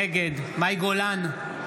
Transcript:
נגד מאי גולן,